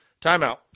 Timeout